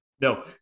No